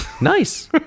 Nice